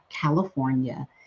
California